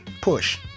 push